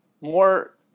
more